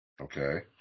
Okay